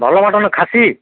ଭଲ ମଟନ୍ ଖାସି